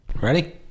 ready